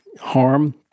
harm